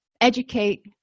educate